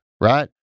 right